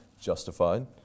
justified